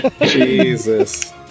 Jesus